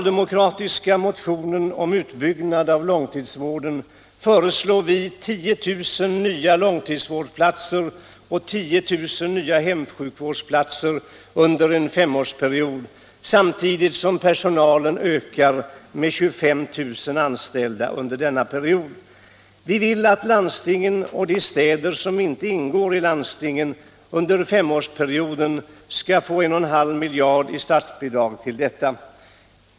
Det är endast i konkreta förslag, fru Troedsson, som man gör det. Vi vill att landstingen och de städer som inte ingår i landsting under femårsperioden skall få 1,5 miljard i statsbidrag för detta ändamål.